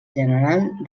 general